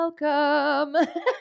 Welcome